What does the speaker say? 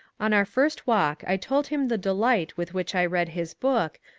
on our first walk i told him the delight with which i read his book,